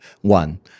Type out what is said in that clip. One